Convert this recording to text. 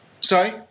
Sorry